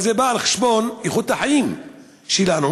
אבל זה בא על חשבון איכות החיים שלנו,